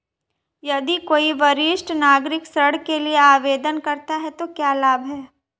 यदि कोई वरिष्ठ नागरिक ऋण के लिए आवेदन करता है तो क्या लाभ हैं?